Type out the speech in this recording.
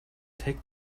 take